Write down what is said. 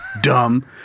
dumb